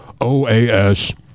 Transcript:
OAS